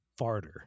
Farter